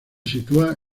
sitúa